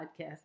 podcast